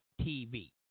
tv